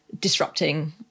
disrupting